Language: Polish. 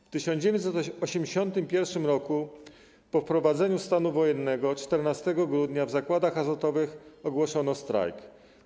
W 1981 r. po wprowadzeniu stanu wojennego 14 grudnia w zakładach azotowych ogłoszono strajk.